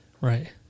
Right